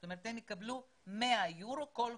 זאת אומרת, הם יקבלו 100 יורו כל חודש.